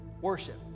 worship